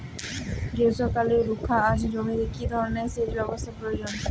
গ্রীষ্মকালে রুখা জমিতে কি ধরনের সেচ ব্যবস্থা প্রয়োজন?